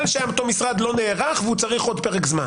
שאותו משרד לא נערך והוא צריך עוד פרק זמן.